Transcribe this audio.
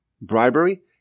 bribery